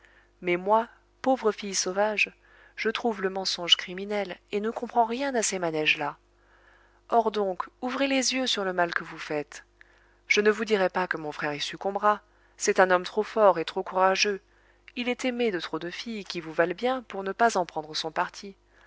mais moi pauvre fille sauvage je trouve le mensonge criminel et ne comprends rien à ces manéges là or donc ouvrez les yeux sur le mal que vous faites je ne vous dirai pas que mon frère y succombera c'est un homme trop fort et trop courageux il est aimé de trop de filles qui vous valent bien pour ne pas en prendre son parti